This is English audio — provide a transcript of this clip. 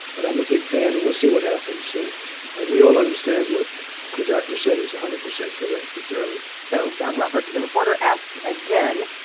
but i'm a big fan. we'll see what happens. and we all understand what the doctor said is one hundred percent correct. it's early so john roberts the reporter asked again,